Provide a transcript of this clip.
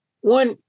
one